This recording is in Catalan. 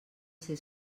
ser